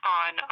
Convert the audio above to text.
on